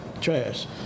trash